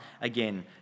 again